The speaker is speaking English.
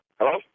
Hello